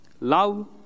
love